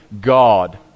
God